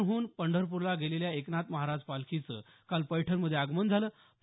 पैठणहून पंढरपूरला गेलेल्या एकनाथ महाराज पालखीचं काल पैठणमध्ये आगमन झालं